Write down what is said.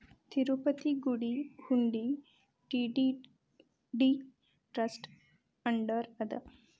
ತಿರುಪತಿ ಗುಡಿ ಹುಂಡಿ TTD trust under ಅದ